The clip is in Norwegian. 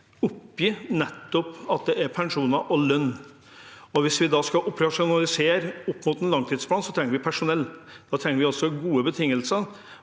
oppgir nettopp at det gjelder pensjoner og lønn, og hvis vi skal operasjonalisere opp mot en langtidsplan, trenger vi personell. Da trenger vi også gode betingelser,